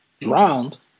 drowned